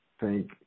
thank